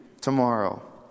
tomorrow